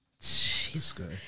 Jesus